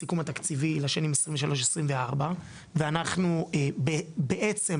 בסיכום התקציבי לשנים 23-24 ואנחנו בעצם,